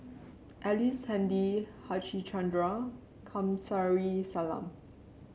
Ellice Handy Harichandra Kamsari Salam